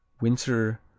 Winter